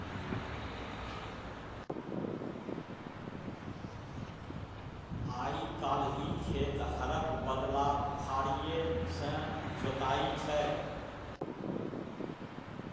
आइ काल्हि खेत हरक बदला फारीए सँ जोताइ छै